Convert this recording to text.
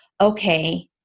okay